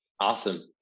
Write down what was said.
Awesome